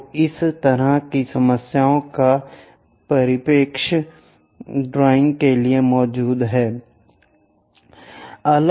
तो इस तरह की समस्याएं इस परिप्रेक्ष्य ड्राइंग के लिए मौजूद हैं